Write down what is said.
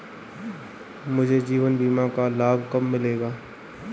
मुझे जीवन बीमा का लाभ कब मिलेगा?